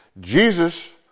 Jesus